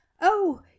Oh